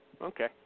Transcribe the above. Okay